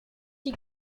die